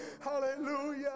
Hallelujah